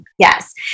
Yes